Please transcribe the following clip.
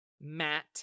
Matt